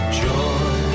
joy